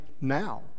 now